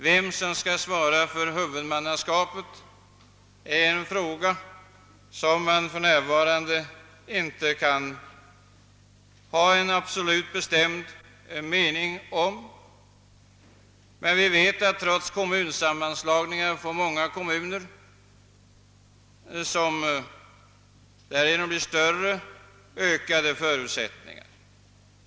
Vem som skall svara för huvudmannaskapet är en fråga som man för närvarande inte kan ha någon bestämd åsikt om. Vi vet att genom kommunsammanslagningar får många kommuner, som därigenom blir större, ökade förutsättningar.